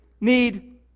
need